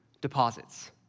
deposits